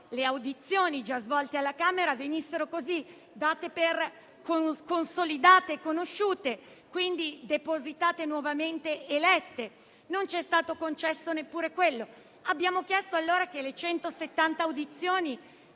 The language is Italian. le audizioni già svolte alla Camera venissero date per consolidate, conosciute, quindi depositate nuovamente e lette; non ci è stato concesso neppure quello. Abbiamo quindi chiesto che le 170 audizioni